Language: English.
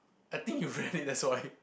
I think you read it that's why